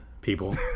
people